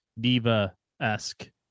diva-esque